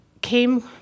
came